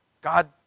God